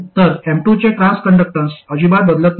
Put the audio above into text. तर M2 चे transconductance अजिबात बदलत नाही